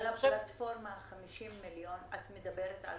הפלטפורמה של ה-50 מיליון, את מדברת על